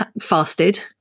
fasted